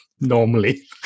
normally